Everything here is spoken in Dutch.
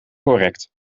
correct